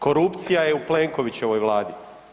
Korupcija je u Plenkovićevoj Vladi.